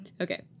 Okay